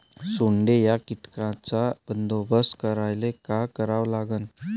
सोंडे या कीटकांचा बंदोबस्त करायले का करावं लागीन?